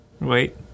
Wait